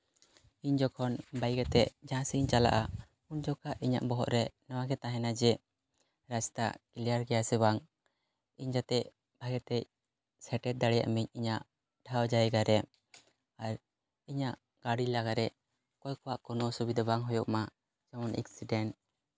ᱤᱧ ᱡᱚᱠᱷᱚᱱ ᱵᱟᱭᱤᱠ ᱟᱛᱮᱜ ᱡᱟᱦᱟᱸ ᱥᱮᱫ ᱤᱧ ᱪᱟᱞᱟᱜᱼᱟ ᱩᱱ ᱡᱚᱠᱷᱚᱡ ᱤᱧᱟᱹᱜ ᱵᱚᱦᱚᱜ ᱨᱮ ᱱᱚᱣᱟᱜᱮ ᱛᱟᱦᱮᱱᱟ ᱡᱮ ᱨᱟᱥᱛᱟ ᱠᱞᱤᱭᱟᱨ ᱜᱮᱭᱟ ᱥᱮ ᱵᱟᱝ ᱤᱧ ᱡᱟᱛᱮ ᱵᱷᱟᱜᱮ ᱛᱮ ᱥᱮᱴᱮᱨ ᱫᱟᱲᱮᱭᱟᱜ ᱢᱟᱹᱧ ᱤᱧᱟᱹᱜ ᱴᱷᱟᱶ ᱡᱟᱭᱜᱟᱨᱮ ᱟᱨ ᱤᱧᱟᱹᱜ ᱜᱟᱹᱰᱤ ᱞᱟᱦᱟᱨᱮ ᱚᱠᱚᱭ ᱠᱚᱣᱟᱜ ᱠᱳᱱᱳ ᱚᱥᱩᱵᱤᱫᱟ ᱵᱟᱝ ᱦᱩᱭᱩᱜ ᱢᱟ ᱡᱮᱢᱚᱱ ᱮᱠᱥᱤᱰᱮᱱᱴ